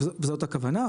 זאת הכוונה,